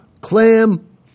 clam